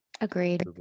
agreed